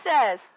says